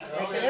עכשיו